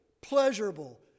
pleasurable